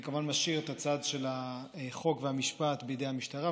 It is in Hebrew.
אני כמובן משאיר את הצד של החוק והמשפט בידי המשטרה.